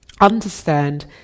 understand